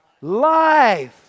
life